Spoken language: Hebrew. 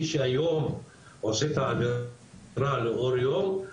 מי שהיום עושה את העבירה לאור יום,